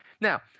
Now